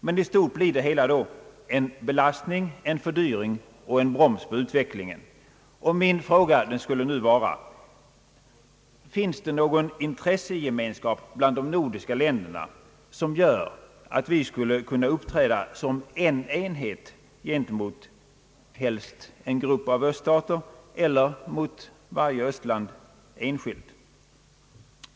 I stort blev det hela dock en belastning, en fördyring och en broms på utvecklingen. Min fråga skulle nu vara: Finns det någon intressegemenskap inom de nordiska länderna, som gör att vi skulle kunna uppträda som en enhet gentemot helst en grupp av öststater eller mot varje östland enskilt?